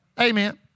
Amen